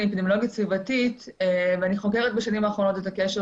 אני אפידמיולוגית סביבתית ואני חוקרת בשנים האחרונות את הקשר